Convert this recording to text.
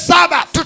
Sabbath